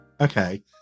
Okay